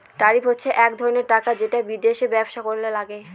tariff হচ্ছে এক ধরনের টাকা যেটা বিদেশে ব্যবসা করলে লাগে